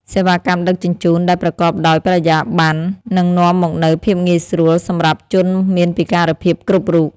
សេវាកម្មដឹកជញ្ជូនដែលប្រកបដោយបរិយាបន្ននឹងនាំមកនូវភាពងាយស្រួលសម្រាប់ជនមានពិការភាពគ្រប់រូប។